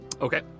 Okay